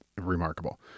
remarkable